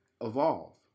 Evolve